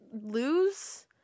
lose